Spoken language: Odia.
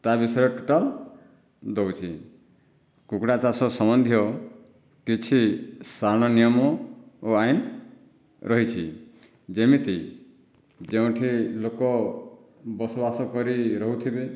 ତା' ବିଷୟରେ ଟୋଟାଲ ଦେଉଛି କୁକୁଡ଼ା ଚାଷ ସମ୍ବନ୍ଧୀୟ କିଛି ସାରଣ ନିୟମ ଓ ଆଇନ୍ ରହିଛି ଯେମିତି ଯେଉଁଠି ଲୋକ ବସବାସ କରି ରହୁଥିବେ